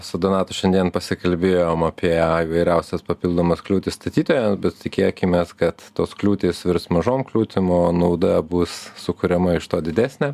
su donatu šiandien pasikalbėjome apie įvairiausias papildomas kliūtis statytojams bet tikėkimės kad tos kliūtys virs mažom kliūtim nauda bus sukuriama didesnė